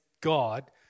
God